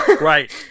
Right